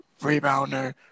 rebounder